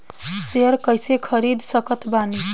Share कइसे खरीद सकत बानी?